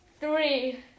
three